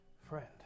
Friend